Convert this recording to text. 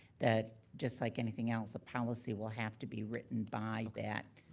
that just like anything else, a policy will have to be written by that,